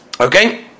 okay